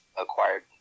acquired